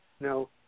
No